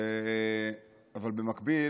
אבל במקביל